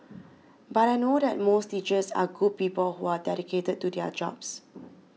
but I know that most teachers are good people who are dedicated to their jobs